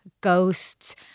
ghosts